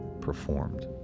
performed